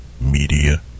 Media